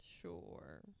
Sure